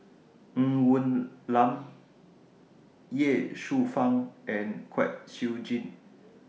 Ng Woon Lam Ye Shufang and Kwek Siew Jin